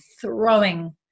throwing